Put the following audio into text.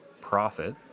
profit